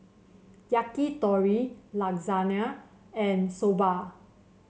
Yakitori Lasagne and Soba